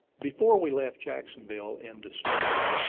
before we left jacksonville in december,